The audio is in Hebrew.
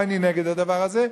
ואני נגד הדבר הזה,